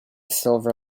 silver